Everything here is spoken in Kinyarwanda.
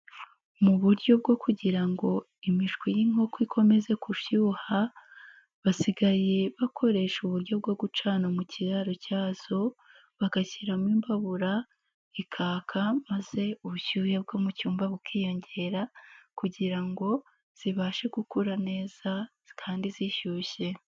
Mu buryo bwo kugira ngo imishwi y'inkoko ikomeze gushyuha, basigaye bakoresha uburyo bwo gucana mu kiraro cyazo, bagashyiramo imbabura, ikaka maze ubushyuhe bwo mu cyumba bukiyongera kugira ngo zibashe gukura neza kandi zishyushye.